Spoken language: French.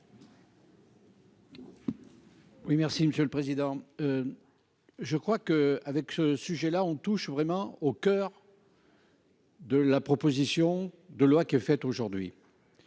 Oui, merci Monsieur le président. Je crois que avec ce sujet là, on touche vraiment au coeur. De la proposition de loi qui est faite aujourd'hui.